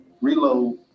reload